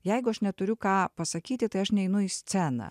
jeigu aš neturiu ką pasakyti tai aš neinu į sceną